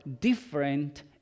different